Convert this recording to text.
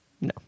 No